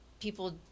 people